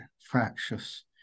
fractious